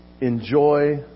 enjoy